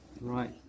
Right